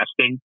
testing